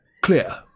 clear